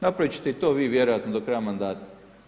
Napraviti ćete i to vi vjerojatno do kraja mandata.